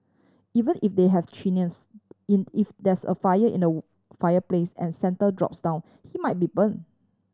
even if they have chimneys in if there's a fire in the fireplace and Santa drops down he might be burnt